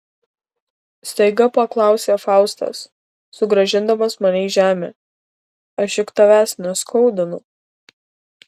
staiga paklausė faustas sugrąžindamas mane į žemę aš juk tavęs neskaudinu